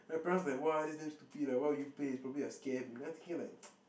my parents like !wah! this is damn stupid why would you pay it's probably a scam then I thinking like